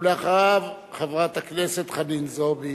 אחריו, חברת הכנסת חנין זועבי.